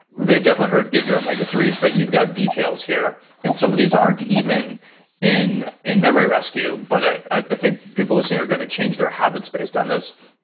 they definitely heard, get your omega three s, but you've got details here and some of these aren't even in in memory rescue, but i think people listening are going to change their habits based on this.